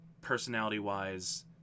personality-wise